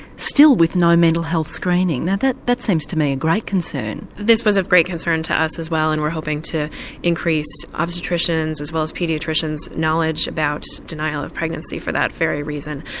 still with no mental health screening. now that that seems to me a great concern. this was of great concern to us as well and we're hoping to increase obstetricians' as well as paediatrician's knowledge about denial of pregnancy for that very reason.